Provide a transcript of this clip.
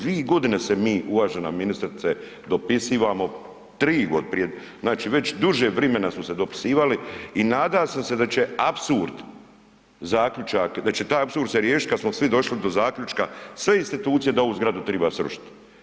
Dvi godine se mi, uvažena ministrice, dopisivamo, tri, znači već duže vrimena smo se dopisivali i nada sam se da će apsurd zaključak, da će taj apsurd se riješit kad smo svi došli do zaključka, sve institucije da ovu zgradu triba srušit.